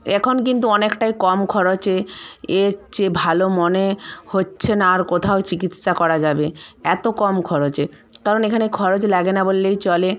এখন কিন্তু অনেকটাই কম খরচে এর চেয়ে ভালো মনে হচ্ছে না আর কোথাও চিকিৎসা করা যাবে এত কম খরচে কারণ এখানে খরচ লাগে না বললেই চলে